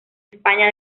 españa